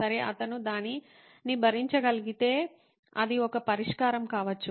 సరే అతను దానిని భరించగలిగితే అది ఒక పరిష్కారం కావచ్చు